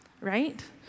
Right